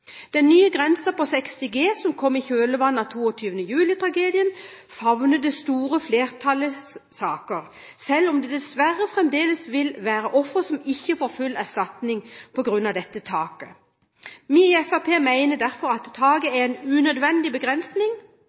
Den nye grensen på 60 G, som kom i kjølvannet av 22. juli-tragedien, favner det store flertallets saker, selv om det dessverre fremdeles vil være ofre som ikke får full erstatning på grunn av dette taket. Vi i Fremskrittspartiet mener derfor at dette taket er en unødvendig begrensning.